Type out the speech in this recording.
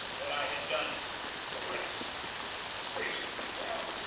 that i had done the rest reasonably well.